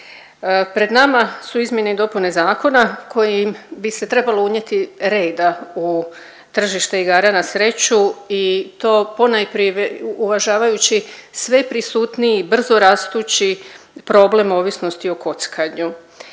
Pred nama su izmjene i dopune zakona kojim bi se trebalo unijeti reda u tržište igara na sreću i to ponajprije uvažavajući sve prisutniji, brzorastući problem ovisnosti o kockanju.